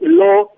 law